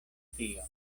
tio